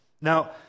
Now